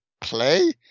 play